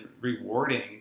rewarding